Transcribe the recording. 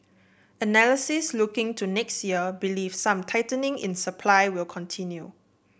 analysts looking to next year believe some tightening in supply will continue